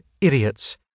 idiots